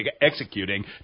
executing